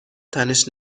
تنش